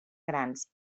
grans